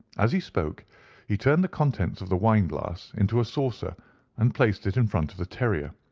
as he spoke he turned the contents of the wine glass into a saucer and placed it in front of the terrier,